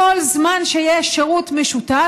כל זמן שיש שירות משותף,